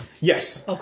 Yes